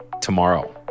tomorrow